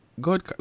God